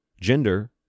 Gender